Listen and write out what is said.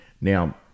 now